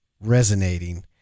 resonating